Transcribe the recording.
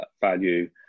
value